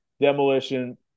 Demolition